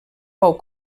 pou